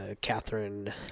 Catherine